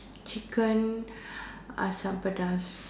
chicken asam pedas